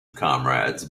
comrades